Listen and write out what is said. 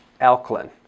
alkaline